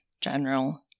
general